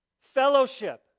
Fellowship